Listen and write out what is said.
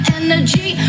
energy